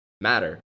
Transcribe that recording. matter